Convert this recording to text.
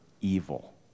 evil